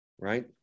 Right